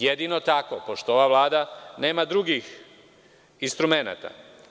Jedino tako, pošto ova vlada nema drugih instrumenata.